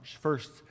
First